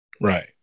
Right